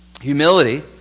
Humility